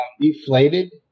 deflated